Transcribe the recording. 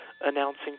announcing